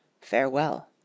farewell